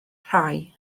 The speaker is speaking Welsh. rhai